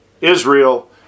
Israel